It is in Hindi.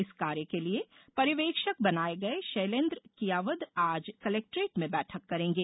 इस कार्य के लिए पर्यवेक्षक बनाये गये शैलेन्द्र कियावद आज कलेक्ट्रेट में बैठक करेंगे